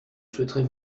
souhaiterais